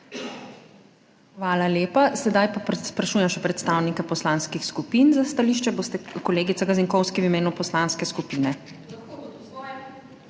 Hvala lepa. Sedaj pa sprašujem še predstavnike poslanskih skupin za stališče. Boste, kolegica Gazinkovski, v imenu poslanske skupine?